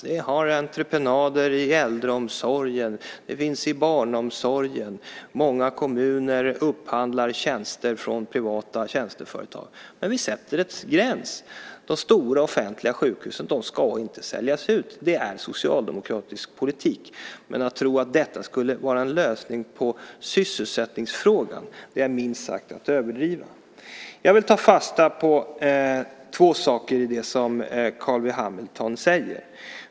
Vi har entreprenader i äldreomsorgen och i barnomsorgen. Många kommuner upphandlar tjänster från privata tjänsteföretag. Men vi sätter en gräns. De stora offentliga sjukhusen ska inte säljas ut. Det är socialdemokratisk politik. Men att tro att detta skulle vara en lösning på sysselsättningsfrågan är minst sagt att överdriva. Jag vill ta fasta på två saker i det som Carl B Hamilton säger.